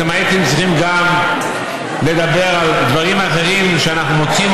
הייתם צריכים לדבר גם על דברים אחרים שאנחנו מוצאים,